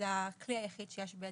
זה הכלי היחיד שיש בידינו.